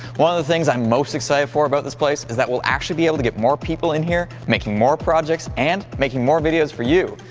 one of the things i'm most excited for about this place is that we'll actually be able to get more people in here making more projects and making more videos for you!